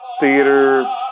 theater